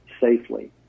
safely